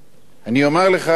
אני אומר לך, אדוני,